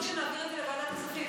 אני רוצה שנעביר את זה לוועדת הכספים,